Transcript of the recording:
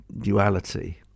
duality